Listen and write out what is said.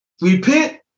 Repent